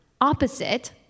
opposite